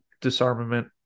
disarmament